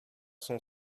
sont